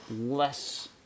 less